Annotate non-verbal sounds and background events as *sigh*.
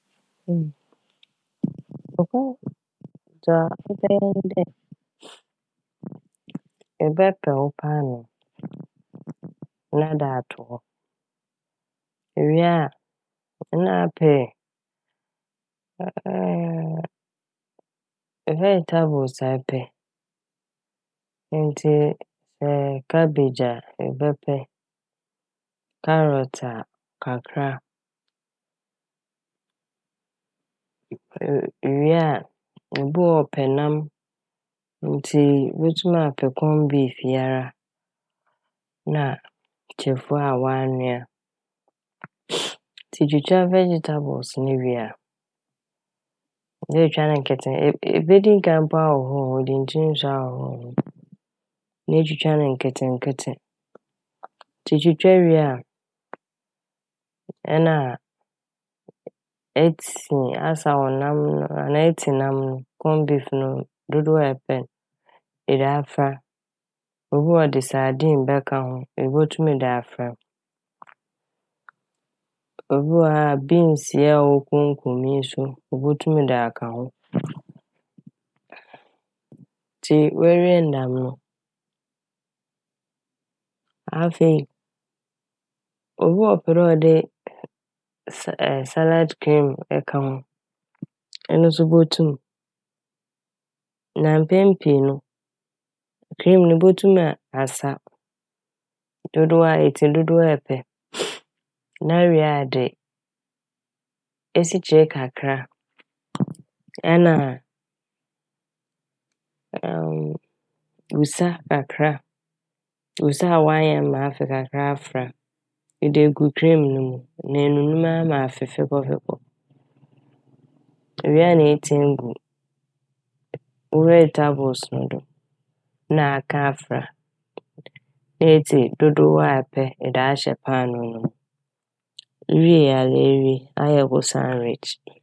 Dza ebɛyɛ nye dɛ ebɛpɛ wo paanoo na ɛde ato hɔ, iwie a na apɛ *hesitation* "vegatables" a ɛpɛ ntsi sɛ "cabbage" a ebɛpɛ, "carrot" a kakra a iw-iwie a ibi wɔ hɔ ɔpɛ nam ntsi motum apɛ "corn beef" yi ara na a kyirefuwa a ɔanoa a *hesitation* Ntsi itwitwa "vegetables" ne wie a, ebotwitwa ne nketse- ebedi kan mpo ahohoor ho, ede nkyen nsu ahohoor ho na etwitwa ne nketsenketse. Ntsi etwitwa wie nna etsi, asaw nam no anaa etsi nam no" corn beef" no dodow a epɛ n' ede afora. Obi wɔ hɔ ɔde "sardine" bɛka ho ibotum de afora. Obi wɔ hɔ a "beans" yi a ogu konko mu yi so obotum de aka ho ntsi oewie ne dɛm no afei obi wɔ hɔ a ɔpɛ dɛ ɔde sɛ- " salad cream" eka ho ɔno so botum na mpɛn pii no "cream" no botum aa- asa dodow etsi dodow a epɛ na ewie a ɛde esikyere kakra ɛna, *hesitation* wusa kakra a, wusa a ɔayam ma afe kakra afora ede egu "cream" no mu na enunum aaa ma afe fekɔfekɔ. Ewie a na etsi egu "vegetables" no do na aka afora na etsi dodow a epɛ ede ahyɛ paanoo no mu iwiei a ewie ayɛ wo "sandwich".